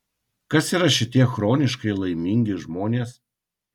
kas yra šitie chroniškai laimingi žmonės